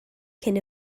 cyn